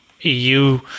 EU